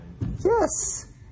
yes